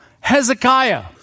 Hezekiah